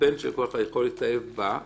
הבן של כל אחד מאתנו יכול להתאהב בה.